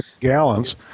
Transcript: gallons